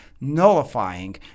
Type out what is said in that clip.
nullifying